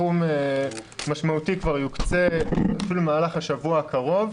סכום משמעותי כבר יוקצה אפילו במהלך השבוע הקרוב.